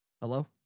Hello